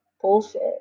bullshit